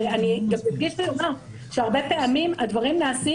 ואני גם אדגיש שהרבה פעמים הדברים נעשים